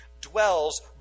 dwells